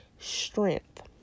Strength